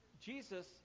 Jesus